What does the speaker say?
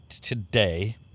today